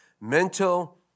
mental